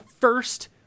first